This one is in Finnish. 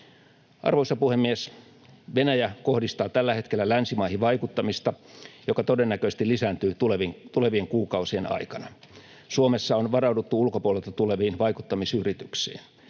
Arvoisa puhemies! Venäjä kohdistaa tällä hetkellä länsimaihin vaikuttamista, joka todennäköisesti lisääntyy tulevien kuukausien aikana. Suomessa on varauduttu ulkopuolelta tuleviin vaikuttamisyrityksiin.